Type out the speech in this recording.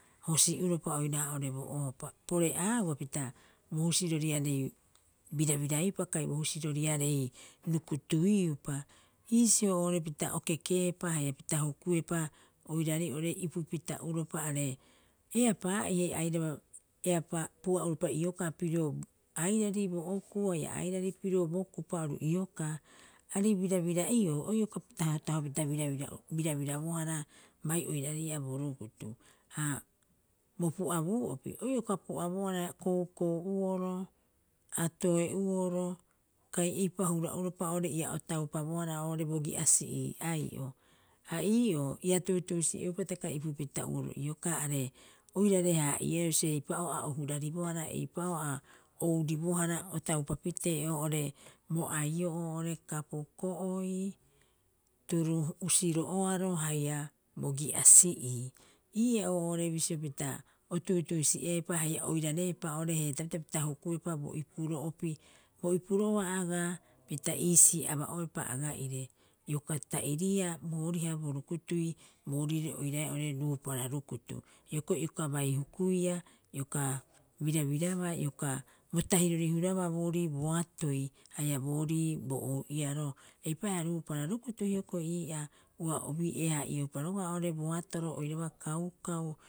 Hosi'uropa oiraha oo'ore bo ohopa, pore'aauba pita bo husiroriarei birabiraiupa kai bo husiroriarei rukutuiupa. Iisio oo'ore pita o kekeepa haia pita hukuepa oiraarei oo'ore ipupita'uropa are eapaa'ihe airaba eapaa pu'a'uropa ioka pirio airari bo okuu haia airari pirio bo kupa oru oru iokaa. Aarei birabira'iou o ioka tahotahopita birabira- birabirabohara bai oiraarei ii'aa bo rukutu. Ha bo pu'abuu'opi o ioka pu'abohara koukou'uoro, atoe'uoro kai eipa hura'uoropa oo'ore ia o taupabohara oo'ore bogi'asi'ii ai'o. Ha ii'oo ia tuutuusi'eepa hitaka ipupita uoro iokaa are, oirare haa'ieroo bisio eipa'oo a huraribohara eipa'oo a ouribohara o taupapitee oo'ore bo aio'oo oo'ore kapuko'oi, turu usiro'oaro haia bogi'asi'ii. Ii'oo oo'ore bisio pita o tuutuusi'eepa haia oirareepa oo'ore heetaapita pita hukuepa bo ipuro'opi. Bo ipuro'oa agaa pita iisii aba'oepa aga'ire. Ioka ta'iriia booriha bo rukutui boorire oiraae oo'ore ruupara rukutu. Hioko'i ioka bai hukuia, ioka birabirabaa ioka bo tahirori hurabaa boorii boatoi haia boorii bo ou'iaroo eipaareha rupara rukutu hioko'i. ii'aa ua o bii'ee- haa'ioupa roga'a oo'ore boatoro oiraba kaukau